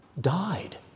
died